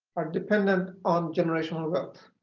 are dependent on generational wealth,